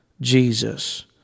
Jesus